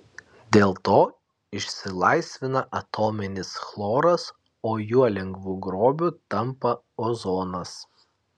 dėl to išsilaisvina atominis chloras o jo lengvu grobiu tampa ozonas